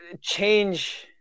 change